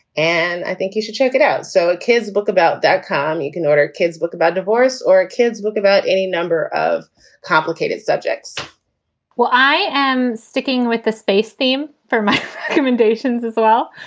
and i think you should check it out. so a kids book about that time you can order kids book about divorce or a kid's book about any number of complicated subjects well, i am sticking with the space theme for my commendations as well.